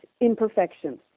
imperfections